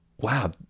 wow